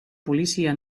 polizia